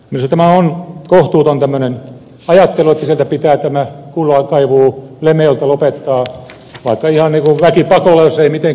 minusta tämä on kohtuuton ajattelu että kullankaivu pitää lemmenjoelta lopettaa vaikka ihan väkipakolla jos ei mitenkään muuten ja siihen suuntaan tätä kehitystä nyt viedään